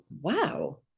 wow